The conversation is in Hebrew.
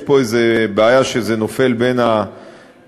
יש פה איזו בעיה שזה נופל בין הכיסאות,